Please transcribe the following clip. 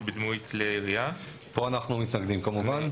בדמוי כלי ירייה,"; פה אנחנו מתנגדים כמובן.